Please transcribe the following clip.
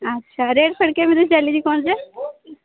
ଆଚ୍ଛା ରେଟ୍ ଫେଟ୍ କେମିତି ଚାଲିଛି କଣଯେ